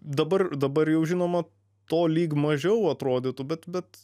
dabar dabar jau žinoma to lyg mažiau atrodytų bet bet